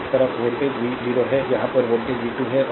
एक तरफ voltage v0 है यहाँ पर वोल्टेज v 2 है